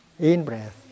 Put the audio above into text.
in-breath